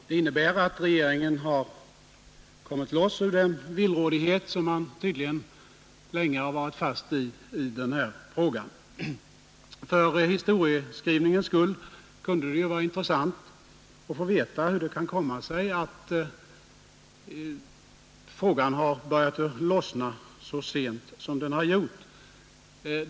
Det innebär att man i regeringen nu har kommit ur den villrådighet som man tydligen länge har varit fast i när det gäller denna fråga. För historieskrivningens skull vore det emellertid intressant att få veta hur det kan komma sig att frågan har börjat lossna så sent som fallet är.